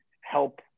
help